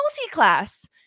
multi-class